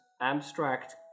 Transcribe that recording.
abstract